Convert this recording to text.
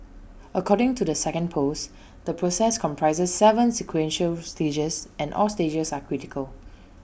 according to the second post the process comprises Seven sequential stages and all stages are critical